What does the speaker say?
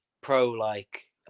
pro-like